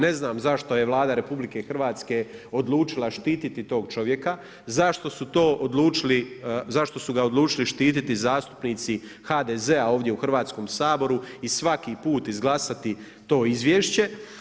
Ne znam zašto je Vlada RH odlučila štititi tog čovjeka, zašto su to odlučili, zašto su ga odlučili štititi zastupnici HDZ-a ovdje u Hrvatskom saboru i svaki put izglasati to izvješće.